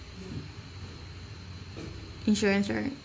insurance right